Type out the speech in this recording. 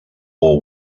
will